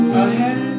ahead